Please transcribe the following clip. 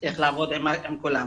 איך לעבוד עם כולם.